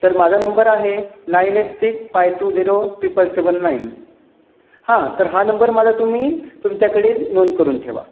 तर माझा नंबर आहे nine eight six five two zero triple seven nine हां तर हा नंबर माझा तुम्ही तुमच्याकडे नोंद करून ठेवा